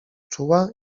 czuła